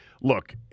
Look